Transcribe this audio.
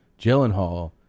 Gyllenhaal